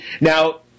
Now